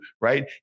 right